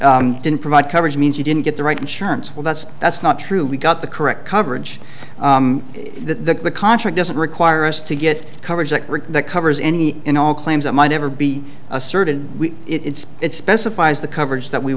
company didn't provide coverage means you didn't get the right insurance well that's that's not true we got the correct coverage that the contract doesn't require us to get coverage at risk that covers any and all claims that might ever be asserted we it's it specifies the coverage that we